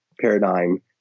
paradigm